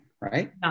right